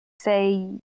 say